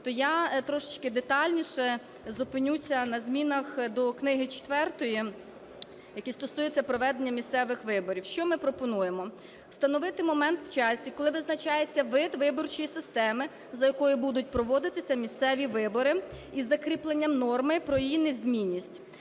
то я трішечки детальніше зупинюся на змінах до книги четвертої, яка стосується проведення місцевих виборів. Що ми пропонуємо. Встановити момент в часі, коли визначається вид виборчої системи, за якою будуть проводитися місцеві вибори із закріпленням норми про її незмінність.